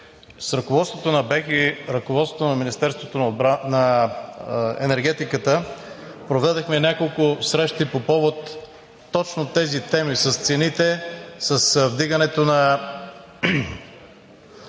С ръководството на БЕХ и с ръководството на Министерството на енергетиката проведохме няколко срещи по повод точно тези теми с цените, с вдигането на